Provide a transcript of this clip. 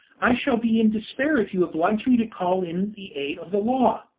i shall be in despair if you oblige me to call in the aid of the law.